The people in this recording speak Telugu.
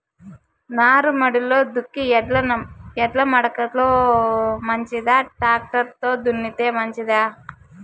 నారుమడిలో దుక్కి ఎడ్ల మడక లో మంచిదా, టాక్టర్ లో దున్నితే మంచిదా?